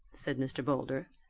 said mr. boulder,